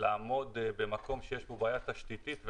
לעמוד במקום שיש בו בעיה תשתיתית.